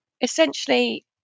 essentially